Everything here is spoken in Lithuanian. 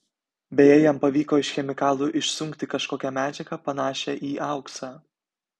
beje jam pavyko iš chemikalų išsunkti kažkokią medžiagą panašią į auksą